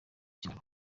cyaro